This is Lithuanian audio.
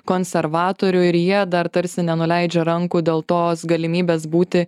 konservatorių ir jie dar tarsi nenuleidžia rankų dėl tos galimybės būti